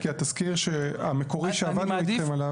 כי התסקיר המקורי שעבדנו אתכם עליו --- אני מעדיף,